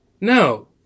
No